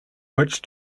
which